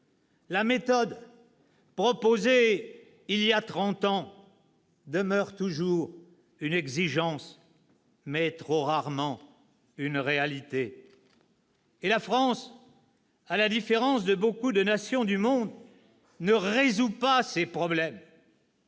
la méthode proposée il y a trente ans demeure toujours une exigence, mais trop rarement une réalité. Et la France, à la différence de beaucoup de nations du monde, ne résout pas ses problèmes.